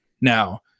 now